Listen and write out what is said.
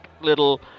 little